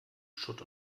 schutt